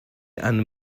and